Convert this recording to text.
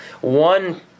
One